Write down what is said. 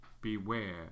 Beware